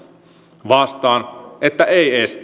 vastaan että ei estä